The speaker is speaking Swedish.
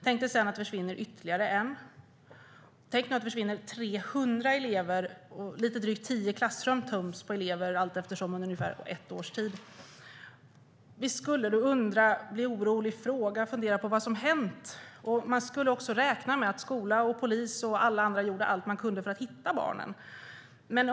Tänk er sedan att det försvinner ytterligare en, och tänk er sedan att det försvinner lite drygt 300 elever. Lite drygt tio klassrum töms på elever under ett års tid. Visst skulle vi undra, bli oroliga, fråga och fundera på vad som hänt? Vi skulle ju också räkna med att skola, polis och alla andra gjorde allt de kunde för att hitta barnen.